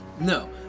No